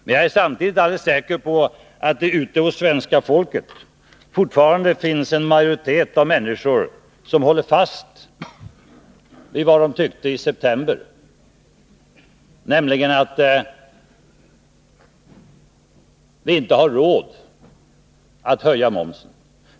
Men jag är samtidigt alldeles säker på att en majoritet av svenska folket fortfarande håller fast vid vad de tyckte i september, nämligen att vi inte har råd att höja momsen.